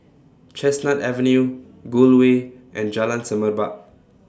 Chestnut Avenue Gul Way and Jalan Semerbak